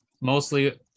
mostly